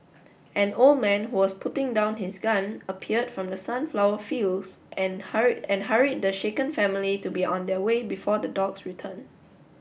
an old man who was putting down his gun appeared from the sunflower fields and hurry and hurried the shaken family to be on their way before the dogs return